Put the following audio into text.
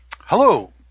Hello